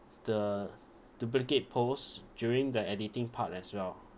the duplicate post during the editing part as well